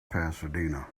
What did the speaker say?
pasadena